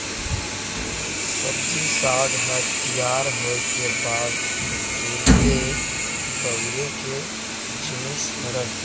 सब्जी साग ह तियार होए के बाद तुरते बउरे के जिनिस हरय